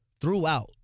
throughout